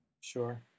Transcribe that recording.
Sure